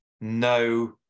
no